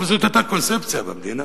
אבל זאת היתה קונספציה במדינה,